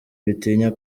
bitinya